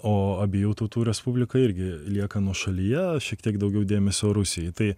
o abiejų tautų respublika irgi lieka nuošalyje šiek tiek daugiau dėmesio rusijai tai